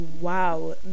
wow